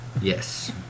Yes